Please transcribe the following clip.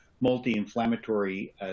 multi-inflammatory